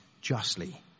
justly